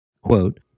quote